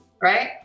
right